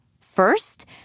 First